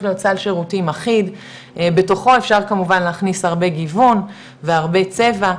להיות סל שירותים אחיד בתוכו אפשר כמובן להכניס הרבה גיוון והרבה צבע,